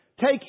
take